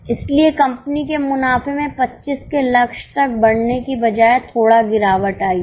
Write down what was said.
इसलिए कंपनी के मुनाफे में 25 के लक्ष्य तक बढ़ने की बजाय थोड़ा गिरावट आई है